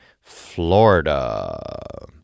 Florida